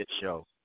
show